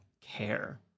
care